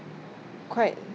quite